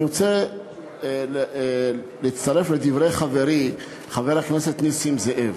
אני רוצה להצטרף לדברי חברי חבר הכנסת נסים זאב.